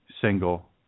single